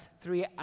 three